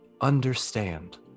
understand